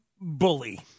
bully